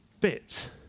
bit